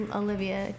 olivia